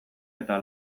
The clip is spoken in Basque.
eta